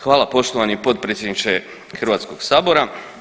Hvala poštovani potpredsjedniče Hrvatskog sabora.